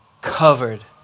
covered